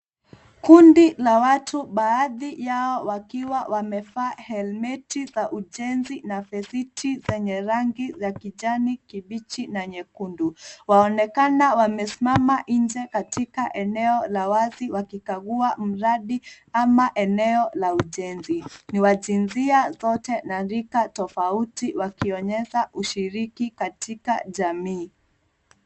Kundi la watu, baadhi yao wakiwa wamevaa helmeti za ujenzi na fesiti zenye rangi ya kijani kibichi na nyekundu, waonekana wamesimama nje katika eneo la nje wakikagua mradi ama eneo la ujenzi. Ni wa jinsia zote na rika tofauti wakionyesha ushiriki katika jamii.